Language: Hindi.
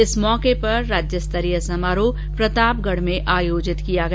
इस मौके पर राज्यस्तरीय समारोह प्रतापगढ में आयोजित किया गया